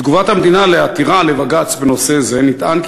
בתגובת המדינה על עתירה לבג"ץ בנושא הזה נטען כי